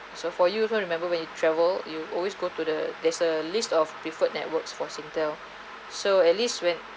so for you also remember when you travel you always go to the there's a list of preferred networks for singtel so at least when